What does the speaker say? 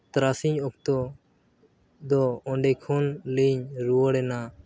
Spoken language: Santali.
ᱛᱟᱨᱟᱥᱤᱧ ᱚᱠᱛᱚ ᱟᱫᱚ ᱚᱸᱰᱮ ᱠᱷᱚᱱᱞᱤᱧ ᱨᱩᱣᱟᱹᱲᱮᱱᱟ